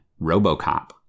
RoboCop